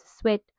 sweat